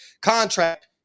contract